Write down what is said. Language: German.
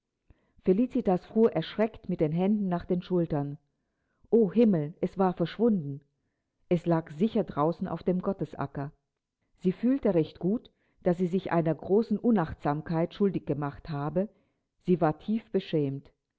felicitas fuhr erschreckt mit den händen nach den schultern o himmel es war verschwunden es lag sicher draußen auf dem gottesacker sie fühlte recht gut daß sie sich einer großen unachtsamkeit schuldig gemacht habe sie war tief beschämt